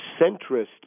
centrist